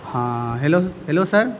ہاں hello hello سر